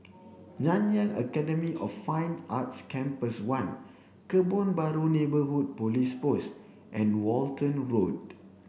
Nanyang Academy of Fine Arts Campus one Kebun Baru Neighbourhood Police Post and Walton Road